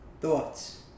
Thoughts